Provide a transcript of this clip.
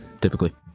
typically